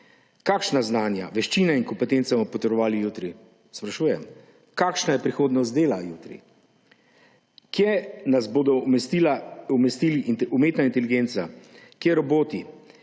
Kakšna znanja, veščine in kompetence bomo potrebovali jutri, sprašujem. Kakšna je prihodnost dela jutri? Kam nas bodo umestili umetna inteligenca, roboti,